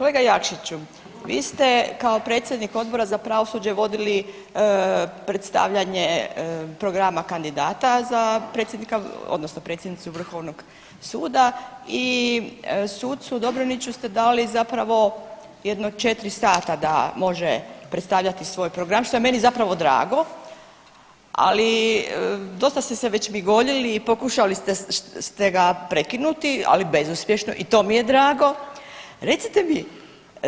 Kolega Jakšiću, vi ste kao predsjednik Odbora za pravosuđe vodili predstavljanje programa kandidata za predsjednika odnosno predsjednicu Vrhovnog suda i sucu Dobroniću ste dali zapravo jedno 4 sata da može predstavljati svoj program, što je meni zapravo drago, ali dosta ste se već migoljili i pokušali ste ga prekinuti, ali bezuspješno, i to mi je drago, recite mi,